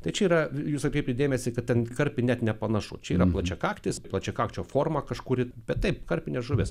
tai čia yra jūs atkreipkit dėmesį kad ten į karpį net nepanašu čia yra plačiakaktis plačiakakčio formą kažkuri bet taip karpinė žuvis